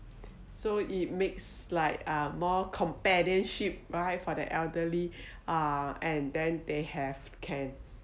so it makes like uh more companionship right for the elderly uh and then they have can